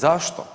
Zašto?